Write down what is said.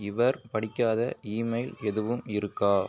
இவர் படிக்காத இமெயில் எதுவும் இருக்கா